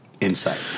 insight